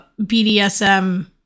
BDSM